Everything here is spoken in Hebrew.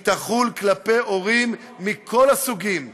היא תחול כלפי הורים מכל הסוגים והמינים,